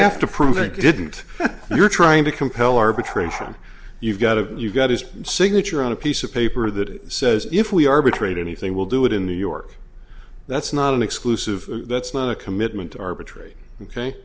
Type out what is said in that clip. have to prove it didn't you're trying to compel arbitration you've got to you've got his signature on a piece of paper that says if we are betrayed anything will do it in new york that's not an exclusive that's not a commitment to arbitrate ok